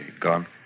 gone